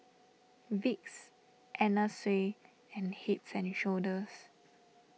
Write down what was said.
Vicks Anna Sui and Heads and Shoulders